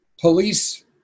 police